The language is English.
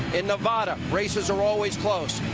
in nevada, races are always close.